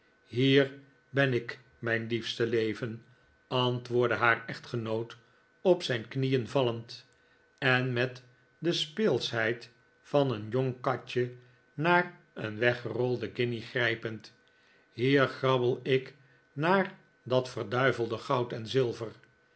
hier ben ik mijn liefste leven antwoordde haar echtgenoot op zijn knieen vallend en met de speelschheid van een jong katje naar een weggerolden guinje grijpend hier grabbel ik naar dat verduivelde goud en zilver